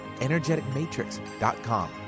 energeticmatrix.com